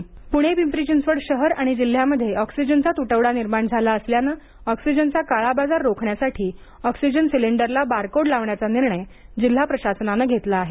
ऑक्सिजनचा त्टवडा प्रणे पिंपरी चिंचवड शहर आणि जिल्ह्यामध्ये ऑक्सिजनचा तुटवडा निर्माण झाला असल्याने ऑक्सिजनचा काळाबाजार रोखण्यासाठी ऑक्सिजन सिलिंडरला बारकोड लावण्याचा निर्णय जिल्हा प्रशासनाने घेतला आहे